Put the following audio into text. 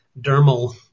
dermal